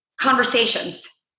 conversations